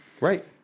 right